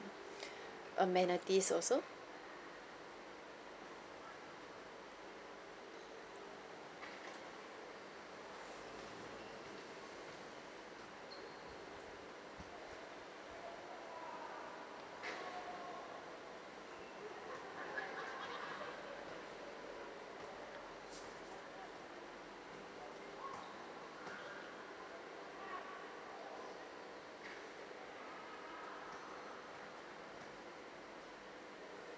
amenities also